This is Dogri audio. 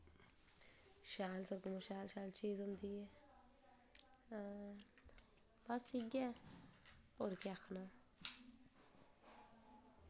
शैल सगुआं शैल शैल चीज होंदी ऐ बस इयै होर केह् आखना